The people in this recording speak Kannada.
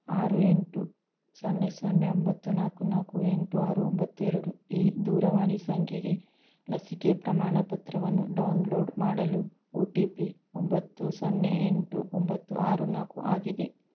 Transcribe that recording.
ಆರು ಎಂಟು ಸೊನ್ನೆ ಸೊನ್ನೆ ಒಂಬತ್ತು ನಾಲ್ಕು ನಾಲ್ಕು ಎಂಟು ಆರು ಒಂಬತ್ತು ಎರಡು ಈ ದೂರವಾಣಿ ಸಂಖ್ಯೆಗೆ ಲಸಿಕೆ ಪ್ರಮಾಣಪತ್ರವನ್ನು ಡೌನ್ಲೋಡ್ ಮಾಡಲು ಒ ಟಿ ಪಿ ಒಂಬತ್ತು ಸೊನ್ನೆ ಎಂಟು ಒಂಬತ್ತು ಆರು ನಾಲ್ಕು ಆಗಿದೆ